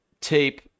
tape